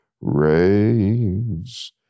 raves